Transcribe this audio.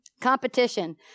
Competition